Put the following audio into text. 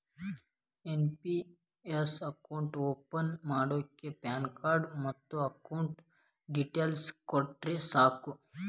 NPS account open ಮಾಡಾಕ pan card ಮತ್ತ account details ಕೊಟ್ರ ಸಾಕ